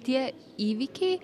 tie įvykiai